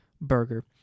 burger